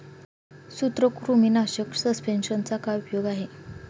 सूत्रकृमीनाशक सस्पेंशनचा काय उपयोग आहे?